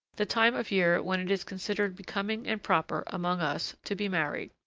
the time of year when it is considered becoming and proper, among us, to be married.